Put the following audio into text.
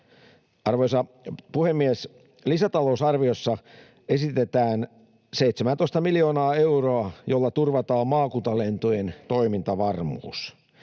Arvoisa puhemies! Lisätalousarviossa esitetään 17:ää miljoonaa euroa, jolla turvataan maakuntalentojen toimintavarmuus.